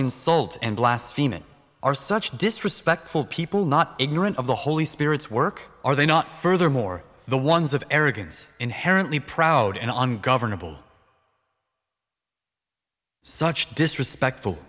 insult and blaspheming are such disrespectful people not ignorant of the holy spirit's work are they not furthermore the ones of arrogance inherently proud and ungovernable such disrespectful